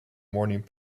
morning